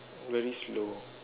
very slow